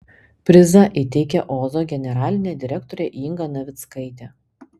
prizą įteikė ozo generalinė direktorė inga navickaitė